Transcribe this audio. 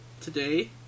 today